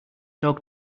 dog